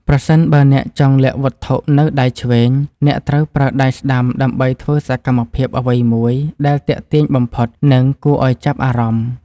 ប្រសិនបើអ្នកចង់លាក់វត្ថុនៅដៃឆ្វេងអ្នកត្រូវប្រើដៃស្តាំដើម្បីធ្វើសកម្មភាពអ្វីមួយដែលទាក់ទាញបំផុត និង គួរឱ្យចាប់អារម្មណ៍។